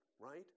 right